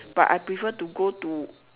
but I prefer to go to